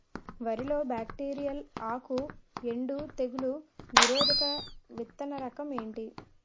వరి లో బ్యాక్టీరియల్ ఆకు ఎండు తెగులు నిరోధక విత్తన రకం ఏంటి?